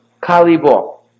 Kalibo